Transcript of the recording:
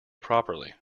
properly